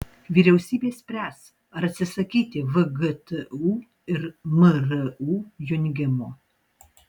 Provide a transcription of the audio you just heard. vyriausybė spręs ar atsisakyti vgtu ir mru jungimo